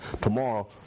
Tomorrow